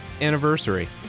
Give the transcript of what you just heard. anniversary